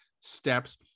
steps